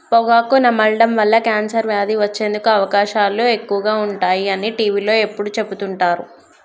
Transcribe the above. పొగాకు నమలడం వల్ల కాన్సర్ వ్యాధి వచ్చేందుకు అవకాశాలు ఎక్కువగా ఉంటాయి అని టీవీలో ఎప్పుడు చెపుతుంటారు